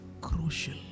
Crucial